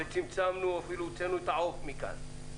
וצמצמנו, אפילו הוצאנו את העוף מכאן.